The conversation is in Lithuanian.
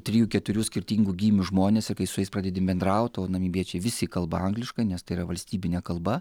trijų keturių skirtingų gymių žmones ir kai su jais pradedi bendraut o namibiečiai visi kalba angliškai nes tai yra valstybinė kalba